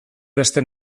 beste